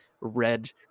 red